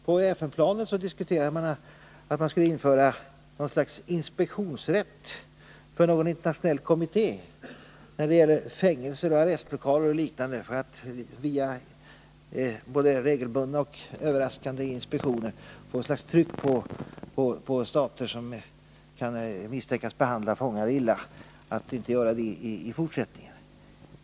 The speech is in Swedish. På FN-planet diskuterar man att införa något slags inspektionsrätt för en internationell kommitté av fängelser, arrestlokaler och liknande för att via både regelbundna och överraskande inspektioner få tryck på stater som kan misstänkas behandla fångar illa att inte göra det i fortsättningen.